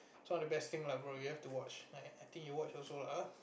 is one of the best thing lah bro you have to watch I think you watch also lah [huh]